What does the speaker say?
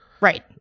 Right